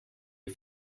you